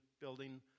building